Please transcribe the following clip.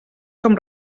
com